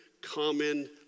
common